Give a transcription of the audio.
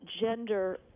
gender